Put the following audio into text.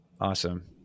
Awesome